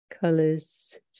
colors